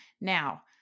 Now